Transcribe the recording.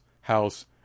house